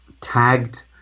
tagged